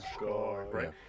right